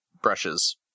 brushes